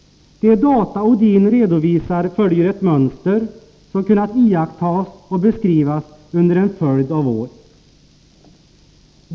De data Odin redovisar följer ett mönster som kunnat iakttas och beskrivas under en följd av år.